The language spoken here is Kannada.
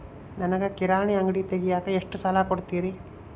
ನನಗ ಕಿರಾಣಿ ಅಂಗಡಿ ತಗಿಯಾಕ್ ಎಷ್ಟ ಸಾಲ ಕೊಡ್ತೇರಿ?